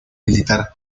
militar